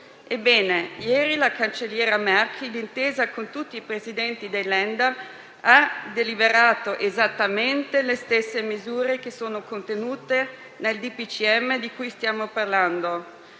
Ebbene, ieri la cancelliera Merkel, d'intesa con tutti i Presidenti dei *Land*, ha deliberato esattamente le stesse misure che sono contenute nel decreto del